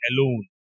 alone